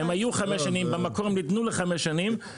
הן ניתנו במקור לחמש שנים,